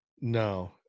No